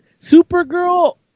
Supergirl